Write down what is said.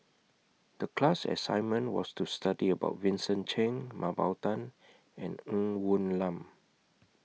The class assignment was to study about Vincent Cheng Mah Bow Tan and Ng Woon Lam